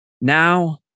Now